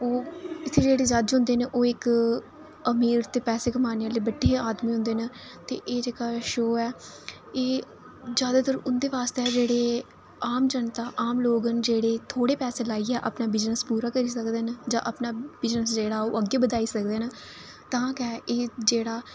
ओह् इत्थै जेह्ड़े जज्ज होंदे न ओह् इक अमीर ते पैसे कमाने आह्ले बड्डे आदमी होंदे न ते एह् जेह्का शो ऐ एह् जैदातर उं'दे वास्तै ऐ जेह्ड़े आम जनता आम लोग न जेह्ड़े थोड़े पैसे लाइये अपना बिजनेस पूरा करी सकदे न तां गै एह् जेह्ड़ा